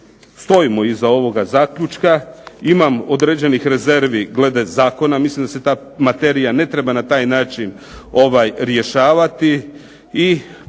stojimo iza ovoga zaključka, imam određenih rezervi glede zakona. Mislim da se ta materija ne treba na taj način rješavati